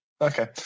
Okay